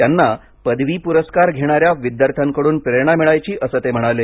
त्यांना पदवी पुरस्कार घेणाऱ्या विद्यार्थ्यांकडून प्रेरणा मिळायची असं ते म्हणाले